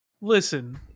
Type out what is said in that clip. listen